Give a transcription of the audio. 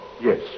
yes